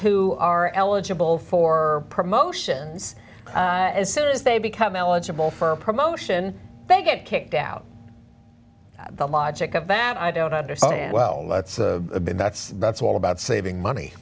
who are eligible for promotions as soon as they become eligible for a promotion they get kicked out the logic of that i don't understand well let's a bit that's the it's all about saving money